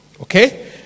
Okay